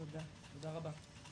תודה רבה.